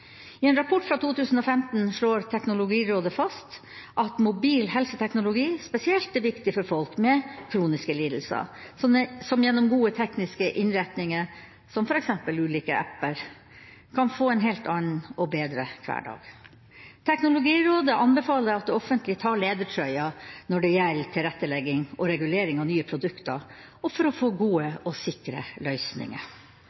I en rapport fra 2015 slår Teknologirådet fast at mobil helseteknologi spesielt er viktig for folk med kroniske lidelser, som gjennom gode tekniske innretninger, som f.eks. ulike apper, kan få en helt annen og bedre hverdag. Teknologirådet anbefaler at det offentlige tar ledertrøya når det gjelder tilrettelegging og regulering av nye produkter og for å få